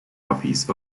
puppies